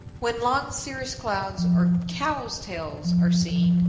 when long cirrus clouds or cow's tails are seen,